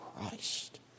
Christ